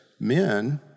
men